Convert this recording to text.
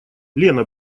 лена